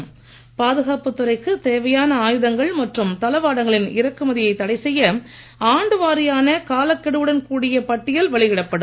தேவையான பாதுகாப்பு துறைக்கு மற்றும் தளவாடங்களின் இறக்குமதியை தடை செய்ய ஆண்டு வாரியான காலக்கெடுவுடன் கூடிய பட்டியல் வெளியிடப்படும்